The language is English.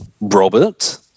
Robert